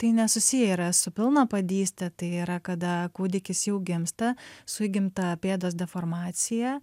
tai nesusiję yra pilnapadyste tai yra kada kūdikis jau gimsta su įgimta pėdos deformacija